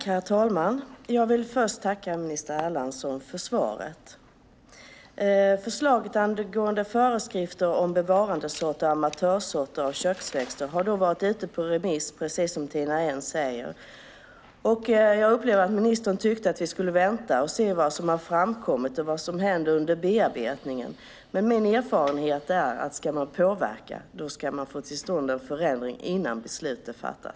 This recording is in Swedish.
Herr talman! Jag tackar minister Erlandsson för svaret. Förslaget om föreskrifter om bevarandesorter och amatörsorter av köksväxter har varit ute på remiss, precis som Tina Ehn sade. Jag förstod att ministern tycker att vi ska vänta och se vad som har framkommit och vad som händer under bearbetningen. Min erfarenhet är att om man ska påverka ska man få till stånd en förändring innan beslut är fattat.